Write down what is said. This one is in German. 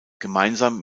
gemeinsam